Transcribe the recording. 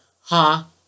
Ha